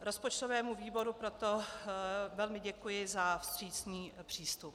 Rozpočtovému výboru proto velmi děkuji za vstřícný přístup.